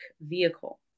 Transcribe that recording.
vehicle